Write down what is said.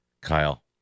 Kyle